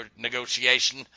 negotiation